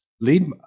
Lead